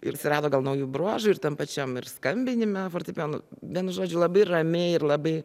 ir atsirado gal naujų bruožų ir tam pačiam ir skambinime fortepijonu vienu žodžiu labai ramiai ir labai